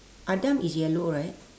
Adam is yellow right